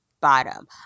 bottom